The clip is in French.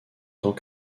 tant